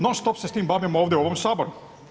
Non-stop se s time bavimo ovdje u ovom Saboru.